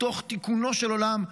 מתוך תיקונו של עולם,